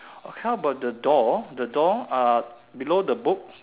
how about the door the door uh below the book